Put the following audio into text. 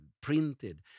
printed